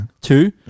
Two